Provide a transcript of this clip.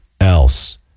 else